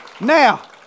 now